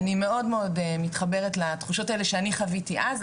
אני מאוד מאוד מתחברת לתחושות האלה שאני חוויתי אז,